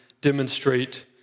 demonstrate